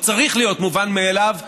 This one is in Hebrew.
או צריך להיות מובן מאליו,